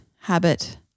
habit